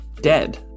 dead